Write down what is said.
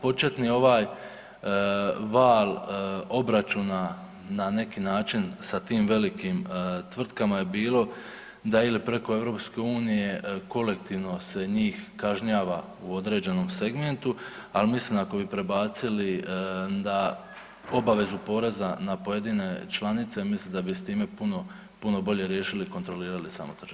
Početni ovaj val obračuna na neki način sa tim velikim tvrtkama je bilo da ili preko EU kolektivno se njih kažnjava u određenom segmentu, al mislim ako bi prebacili da obavezu poreza na pojedine članice, mislim da bi s time puno, puno bolje riješili i kontrolirali samo